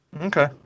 Okay